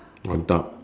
on top